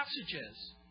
passages